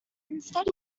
instead